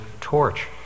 torch